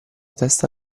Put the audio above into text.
testa